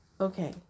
Okay